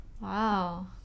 Wow